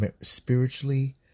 spiritually